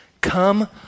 Come